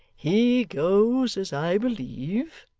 he goes, as i believe